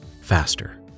faster